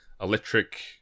electric